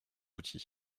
outil